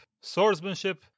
swordsmanship